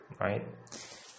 right